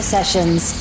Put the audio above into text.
Sessions